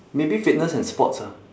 maybe fitness and sports ah